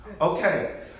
Okay